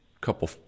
couple